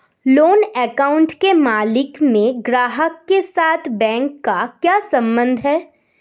Loan account के मामले में ग्राहक के साथ बैंक का क्या संबंध है?